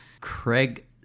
Craig